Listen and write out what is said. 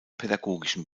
pädagogischen